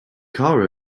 car